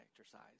exercise